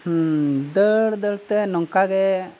ᱦᱩᱸᱻ ᱫᱟᱹᱲ ᱫᱟᱹᱲ ᱛᱮ ᱱᱚᱝᱠᱟ ᱜᱮ